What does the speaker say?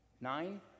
Nine